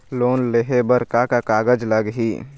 Loan लेहे बर का का कागज लगही?